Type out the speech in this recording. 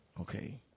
Okay